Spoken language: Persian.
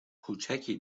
کوچکی